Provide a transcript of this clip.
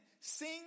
sing